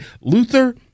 Luther